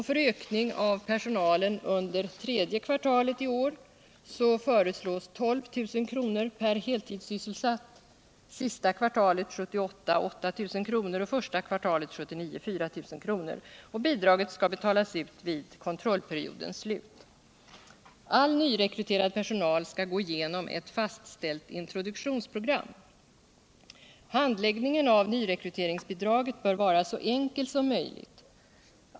För ökning av personalen föreslås 12000 kr. per heltidssysselsatt under tredje kvartalet i år, 8 000 kr. för sista kvartalet 1978 och 4000 kr. för första kvartalet 1979. Bidraget skall betalas ut vid kontrollperiodens slut. All nyrekryterad personal skall gå igenom ett fastställt introduktionsprogram. Handläggningen av nyrekryteringsbidraget bör vara så enkel som möjligt.